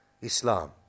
Islam